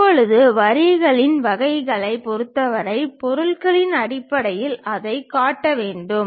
இப்போது வரிகளின் வகையைப் பொறுத்தவரை பொருட்களின் அடிப்படையில் அதைக் காட்ட வேண்டும்